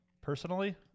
personally